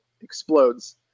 explodes